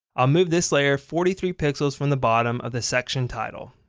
i'll move this layer forty three pixels from the bottom of the section title.